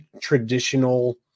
traditional